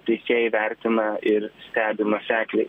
teisėjai vertina ir stebi nuosekliai